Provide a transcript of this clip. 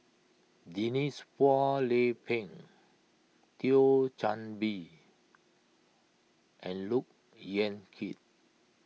Denise Phua Lay Peng Thio Chan Bee and Look Yan Kit